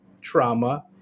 trauma